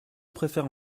préfère